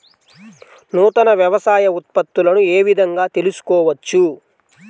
నూతన వ్యవసాయ ఉత్పత్తులను ఏ విధంగా తెలుసుకోవచ్చు?